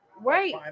right